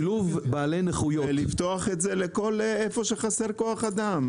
צריך לפתוח את זה בכל מקום שחסר כוח אדם.